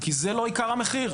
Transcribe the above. כי זה לא עיקר המחיר.